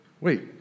wait